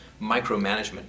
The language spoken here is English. micromanagement